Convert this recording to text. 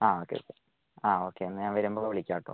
ആ okay okay ആ okay എന്നാല് ഞാന് വരുമ്പോള് വിളിക്കാം കേട്ടോ